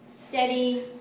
steady